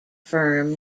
firm